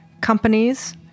companies